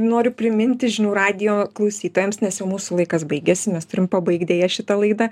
noriu priminti žinių radijo klausytojams nes jau mūsų laikas baigiasi mes turim pabaigti deja šitą laidą